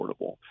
affordable